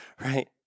right